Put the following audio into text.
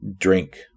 drink